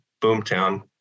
boomtown